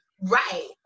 Right